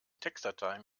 textdatei